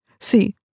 See